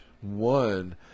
one